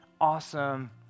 awesome